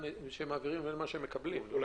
מידע לבין מספר החולים שלגביהם התבקש המידע.